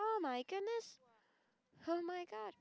oh my goodness oh my god